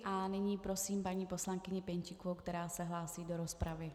A nyní prosím paní poslankyni Pěnčíkovou, která se hlásí do rozpravy.